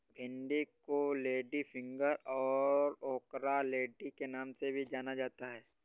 भिन्डी को लेडीफिंगर और ओकरालेडी के नाम से भी जाना जाता है